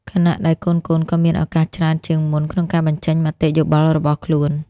ខណៈដែលកូនៗក៏មានឱកាសច្រើនជាងមុនក្នុងការបញ្ចេញមតិយោបល់របស់ខ្លួន។